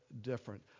different